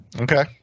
Okay